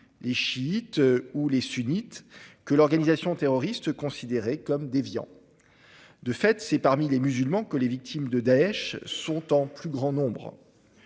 les chiites ou encore les sunnites que l'organisation terroriste considérait comme déviants. De fait, c'est parmi les musulmans que les victimes de Daech sont les plus nombreuses.